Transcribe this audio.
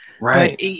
Right